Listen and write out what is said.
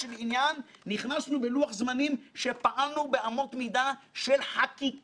שגם אם 40% ממה שנכתב פה ייצא מן הכוח אל הפועל